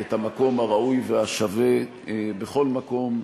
את המקום הראוי והשווה בכל מקום,